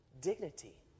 dignity